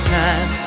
time